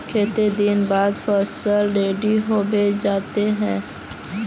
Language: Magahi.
केते दिन बाद फसल रेडी होबे जयते है?